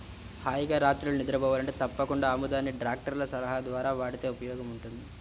హాయిగా రాత్రిళ్ళు నిద్రబోవాలంటే తప్పకుండా ఆముదాన్ని డాక్టర్ల సలహా ద్వారా వాడితే ఉపయోగముంటది